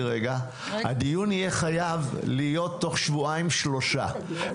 הדיון יהיה חייב להיות תוך שבועיים-שלושה שבועות,